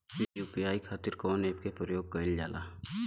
UPI खातीर कवन ऐपके प्रयोग कइलजाला?